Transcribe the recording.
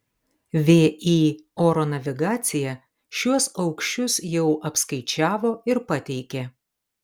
vį oro navigacija šiuos aukščius jau apskaičiavo ir pateikė